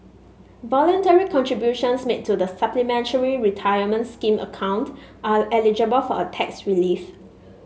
voluntary contributions made to the Supplementary Retirement Scheme account are eligible for a tax relief